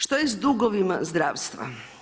Što je s dugovima zdravstva?